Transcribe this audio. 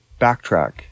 backtrack